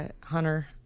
hunter